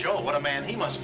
job what a man he must